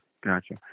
Gotcha